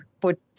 put